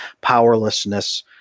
powerlessness